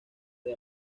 the